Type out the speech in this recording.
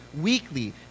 weekly